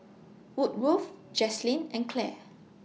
Wood Roof Jaslyn and Clair